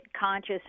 conscious